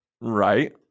Right